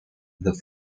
the